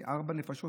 ארבע נפשות,